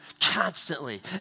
Constantly